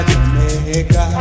Jamaica